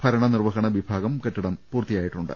ഭരണ നിർവ ഹണ വിഭാഗം കെട്ടിടം പൂർത്തിയായിട്ടുണ്ട്